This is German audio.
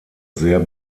sehr